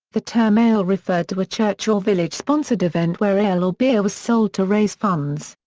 the term ale referred to a church or village-sponsored event where ale or beer was sold to raise funds.